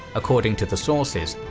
according to the sources,